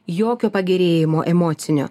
jokio pagerėjimo emocinio